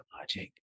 logic